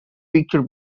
picture